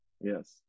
yes